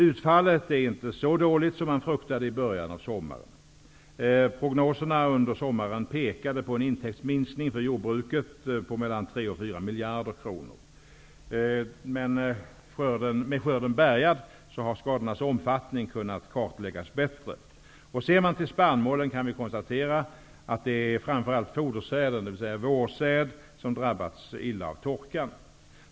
Utfallet är inte så dåligt som man fruktade i början av sommaren. Prognoserna under sommaren pekade på en intäktsminskning för jordbruket på mellan 3 och 4 miljarder kronor. Med skörden bärgad har skadornas omfattning kunnat kartläggas bättre. Ser man till spannmålen kan vi konstatera att det framför allt är fodersäden, dvs. vårsäden, som drabbats illa av torkan.